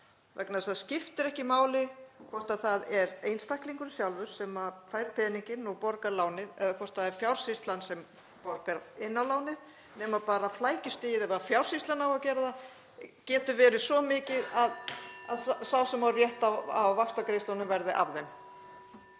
þess að það skiptir ekki máli hvort það er einstaklingurinn sjálfur sem fær peninginn og borgar lánið eða hvort það er Fjársýslan sem borgar inn á lánið nema bara að ef Fjársýslan á að gera það getur flækjustigið orðið svo mikið að sá sem á rétt á vaxtagreiðslunum verði af þeim.